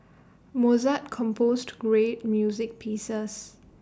Mozart composed great music pieces